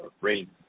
rain